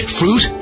fruit